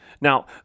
Now